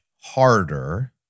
harder